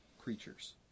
creatures